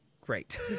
great